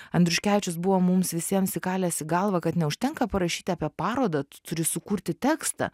andriuškevičius buvo mums visiems įkalęs į galvą kad neužtenka parašyti apie parodą tu turi sukurti tekstą